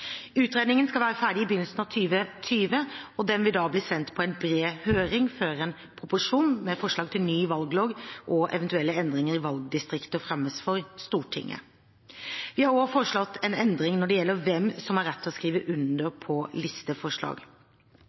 Utredningen skal være ferdig i begynnelsen av 2020, og den vil da bli sendt på en bred høring før en proposisjon med forslag til ny valglov og eventuelle endringer i valgdistrikter fremmes for Stortinget. Vi har også foreslått en endring når det gjelder hvem som har rett til å skrive under på listeforslag.